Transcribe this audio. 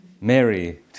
Mary